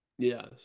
Yes